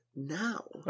now